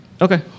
Okay